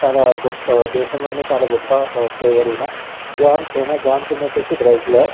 చాలా గొప్ప దేశంలోనే చాలా గొప్ప ప్లేయర్ ఈయన జాన్ సీనా జాన్ సీనా వచ్చేసి రెజ్లర్